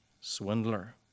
swindler